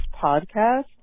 podcast